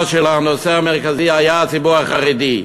שלה הנושא המרכזי היה הציבור החרדי.